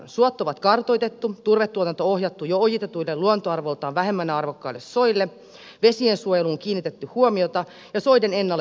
suot on kartoitettu turvetuotanto ohjattu jo ojitetuille luontoarvoltaan vähemmän arvokkaille soille vesiensuojeluun kiinnitetty huomiota ja soiden ennallistamista tehty